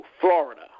florida